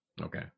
Okay